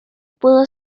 pudo